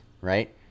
right